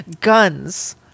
Guns